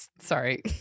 sorry